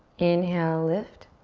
inhale, lift.